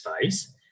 space